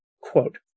quote